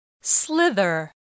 Slither